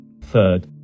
Third